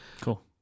Cool